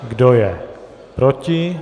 Kdo je proti?